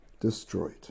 destroyed